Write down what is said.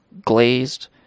glazed